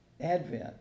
Advent